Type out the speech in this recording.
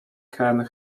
can